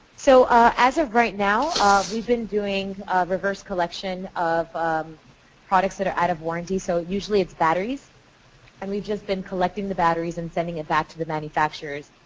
so as of right now we've been doing reverse collection of products that out of warranty so usually it's batteries and we've just been collecting the batteries and sending it back to the manufacturers.